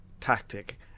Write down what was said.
tactic